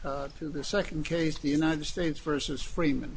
to the second case the united states versus freeman